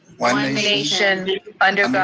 one nation under